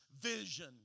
vision